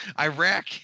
Iraq